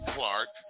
Clark